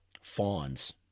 fawns